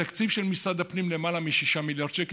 התקציב של משרד הפנים הוא למעלה מ-6 מיליארד שקל,